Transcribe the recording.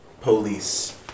police